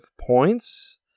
points